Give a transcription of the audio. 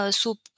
soup